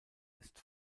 ist